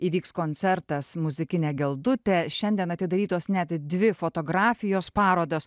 įvyks koncertas muzikinė geldutė šiandien atidarytos net dvi fotografijos parodos